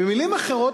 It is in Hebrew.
במלים אחרות,